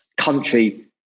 country